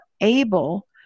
able